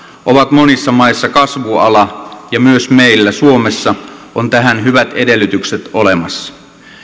ovat monissa maissa kasvuala ja myös meillä suomessa on tähän hyvät edellytykset olemassa